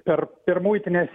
per per muitines